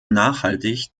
nachhaltig